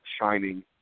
Shining